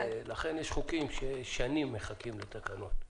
ולכן יש חוקים ששנים מחכים לתקנות.